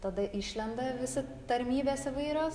tada išlenda visi tarmybės įvairios